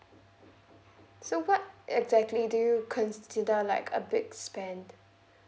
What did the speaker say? so what exactly do you consider like a big spend